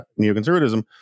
neoconservatism